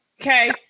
Okay